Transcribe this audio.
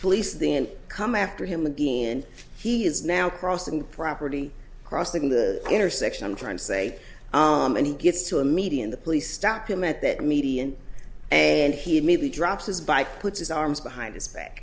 police didn't come after him again he is now crossing the property crossing the intersection i'm trying to say and he gets to a median the police stop him at that median and he made me drop his bike puts his arms behind his back